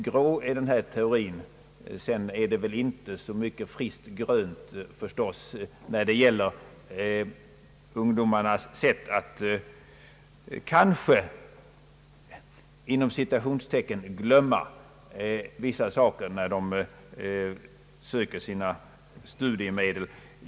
Grå är den här teorin, men det är förstås inte så mycket friskt grönt i ungdomarnas sätt att »glömma» vissa saker, när de söker studiemedel.